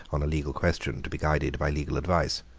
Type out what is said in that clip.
on a legal question, to be guided by legal advice.